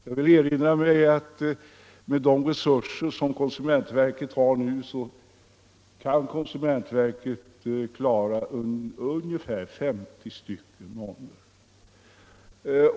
Jag vill erinra mig att konsumentverket med de resurser det nu har kan klara ungefär femtio varutyper.